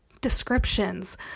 descriptions